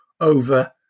over